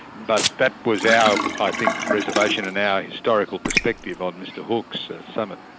but that was our, i think, reservation, and our historical perspective on mr hawke's summit.